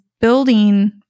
building